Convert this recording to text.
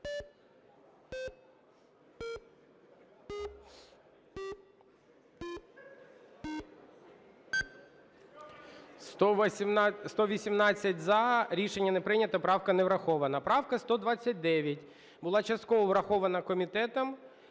За-120 Рішення не прийнято. Правка не врахована. Правка 130, була частково врахована комітетом.